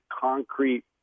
concrete